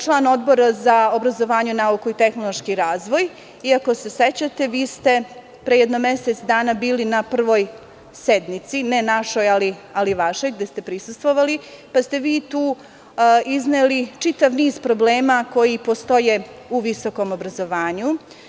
Član sam Odbora za obrazovanje, nauku i tehnološki razvoj iako se sećate vi ste pre jedno mesec dana bili na prvoj sednici, ne našoj, ali vašoj, gde ste prisustvovali, pa ste vi tu izneli čitav niz problema koji postoje u visokom obrazovanju.